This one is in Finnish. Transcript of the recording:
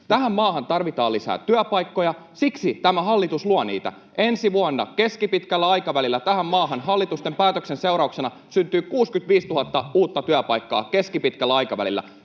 Tähän maahan tarvitaan lisää työpaikkoja. Siksi tämä hallitus luo niitä. Ensi vuonna, keskipitkällä aikavälillä tähän maahan hallituksen päätösten seurauksena syntyy 65 000 uutta työpaikkaa. Tämä